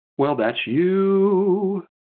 well, that's you.